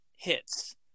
hits